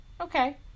Okay